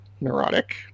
neurotic